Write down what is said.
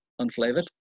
unflavored